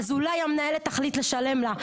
אולי המנהלת תחליט לשלם לה,